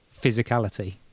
physicality